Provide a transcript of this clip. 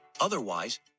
Otherwise